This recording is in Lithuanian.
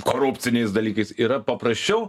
korupciniais dalykais yra paprasčiau